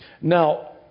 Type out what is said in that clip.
Now